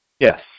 Yes